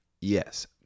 Yes